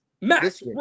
Max